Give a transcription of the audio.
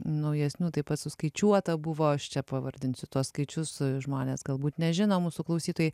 naujesnių taip pat suskaičiuota buvo aš čia pavardinsiu tuos skaičius žmonės galbūt nežino mūsų klausytojai